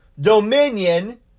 dominion